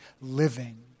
living